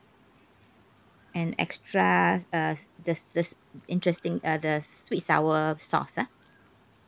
and extra uh the the interesting uh the sweet sour sauce ah